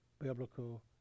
biblical